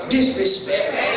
Disrespect